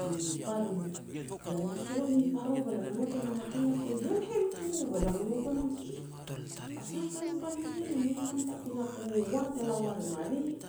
i Paru. Be lam e sot mi Paru, be lam na ngot e nam a pinapo e helhel kuru, be lam e ngot o nam, "Eh, a sah a kain pal ien, mei pan ta pinapo u uan te la ua rim a ri."